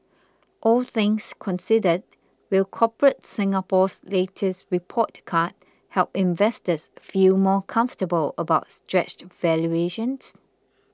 all things considered will Corporate Singapore's latest report card help investors feel more comfortable about stretched valuations